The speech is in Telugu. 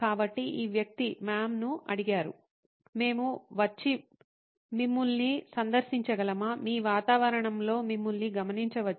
కాబట్టి ఈ వ్యక్తి మామ్ను అడిగారు మేము వచ్చి మిమ్మల్ని సందర్శించగలమా మీ వాతావరణంలో మిమ్మల్ని గమనించవచ్చు